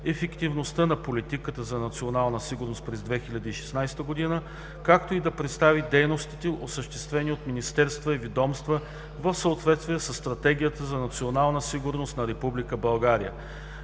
ефективността на политиката за национална сигурност през 2016 г., както и да представи дейностите, осъществени от министерства и ведомства в съответствие със Стратегията за национална сигурност на